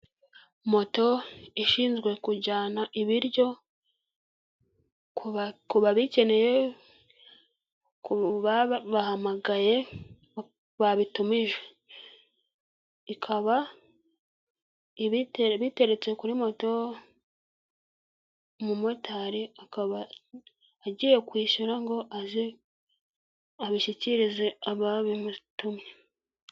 Moto ishinzwe kujyana ibiryo ku babikeneye babahamagaye babitumije. Bikaba biteretse kuri moto, umumotari akaba agiye kwishyura ngo aze abishyikirize ababimutumye